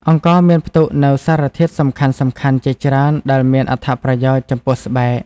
អង្ករមានផ្ទុកនូវសារធាតុសំខាន់ៗជាច្រើនដែលមានអត្ថប្រយោជន៍ចំពោះស្បែក។